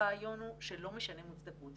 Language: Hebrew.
הרעיון הוא שלא משנה מוצדקות.